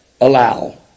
allow